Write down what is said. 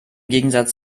gegensatz